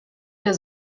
der